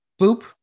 Boop